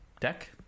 Deck